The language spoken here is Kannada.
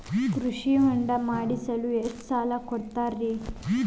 ಕೃಷಿ ಹೊಂಡ ಮಾಡಿಸಲು ಎಷ್ಟು ಸಾಲ ಕೊಡ್ತಾರೆ?